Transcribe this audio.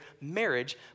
marriage